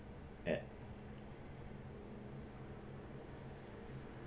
at